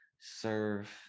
serve